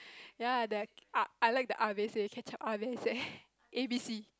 ya the I like the ketchup A B C